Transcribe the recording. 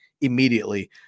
immediately